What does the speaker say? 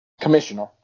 commissioner